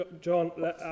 John